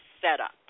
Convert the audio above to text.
setup